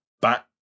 back